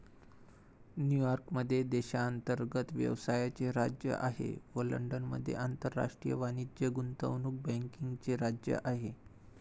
New York मध्ये देशांतर्गत व्यवसायाचे राज्य आहे व लंडनमध्ये आंतरराष्ट्रीय वाणिज्य गुंतवणूक बँकिंगचे राज्य आहे